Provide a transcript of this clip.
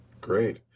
Great